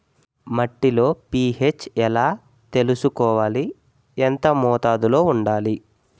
మట్టిలో పీ.హెచ్ ఎలా తెలుసుకోవాలి? ఎంత మోతాదులో వుండాలి?